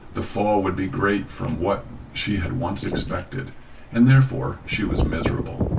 the fall would be great from what she had once expected and therefore she was miserable.